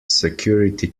security